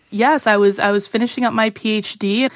yes, i was i was finishing up my ph d.